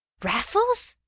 raffles!